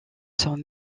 sont